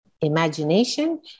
Imagination